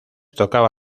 tocaba